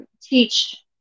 teach